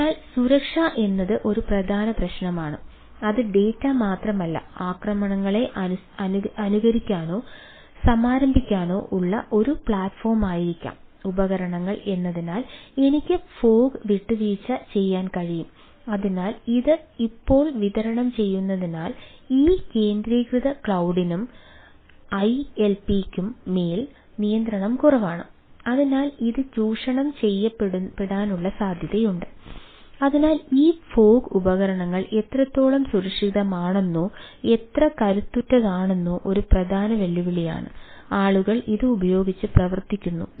അതിനാൽ സുരക്ഷ എന്നത് ഒരു പ്രധാന പ്രശ്നമാണ് അത് ഡാറ്റഉപകരണങ്ങൾ എത്രത്തോളം സുരക്ഷിതമാണെന്നോ എത്ര കരുത്തുറ്റതാണെന്നോ ഒരു പ്രധാന വെല്ലുവിളിയാണ് ആളുകൾ ഇത് ഉപയോഗിച്ച് പ്രവർത്തിക്കുന്നു